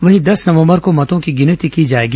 वहीं दस नवंबर को मतों की गिनती की जाएगी